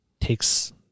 takes